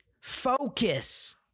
Focus